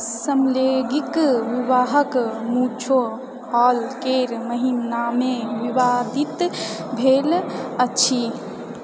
समलैंगिक विवाहके मुद्दा हाल केर महीनामे विवादित भेल अछि